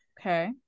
Okay